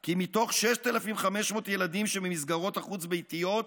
כי מתוך 6,500 ילדים שבמסגרות החוץ-ביתיות,